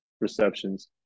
receptions